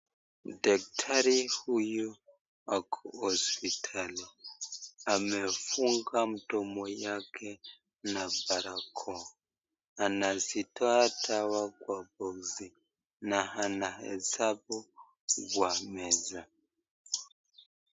Daktari huyu ako hospitali. Amefunga mdomo yake Na barakoa, anazitoa dawa kwa boxi na anahesabu kwa meza.